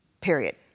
period